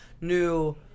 New